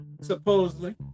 supposedly